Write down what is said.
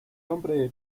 hombre